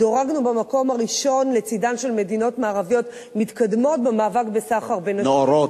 דורגנו במקום הראשון לצדן של מדינות מערביות מתקדמות במאבק בסחר בנשים,